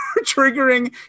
triggering